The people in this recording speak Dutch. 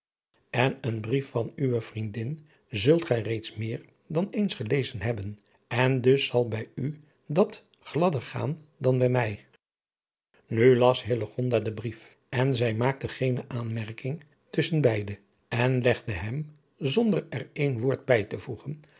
en een brief van uwe vriendin zult gij reeds meer dan eens gelezen hebben en dus zal bij u dat gladder gaan dan bij mij nu las hillegonda den brief en zij maakte geene aanmerking tusschen beide en legde hem zonder er één woord bij te voegen